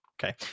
Okay